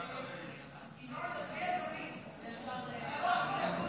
ההצעה להעביר את הצעת חוק איסור הכחשת טבח 7 באוקטובר,